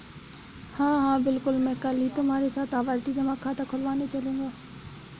हां हां बिल्कुल मैं कल ही तुम्हारे साथ आवर्ती जमा खाता खुलवाने चलूंगा